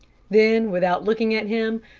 then, without looking at him,